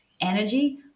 energy